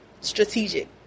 strategic